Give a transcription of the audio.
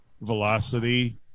velocity